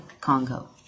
Congo